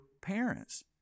parents